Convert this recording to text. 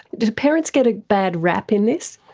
do parents get a bad rap in this?